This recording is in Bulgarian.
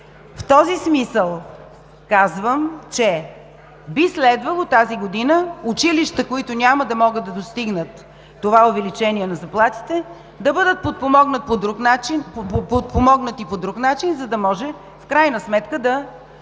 В този смисъл казвам, че би следвало тази година училища, които няма да могат да достигнат това увеличение на заплатите, да бъдат подпомогнати по друг начин, за да може в крайна сметка да